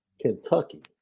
Kentucky